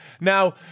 Now